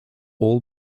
all